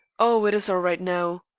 oh, it is all right now.